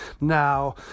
Now